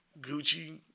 Gucci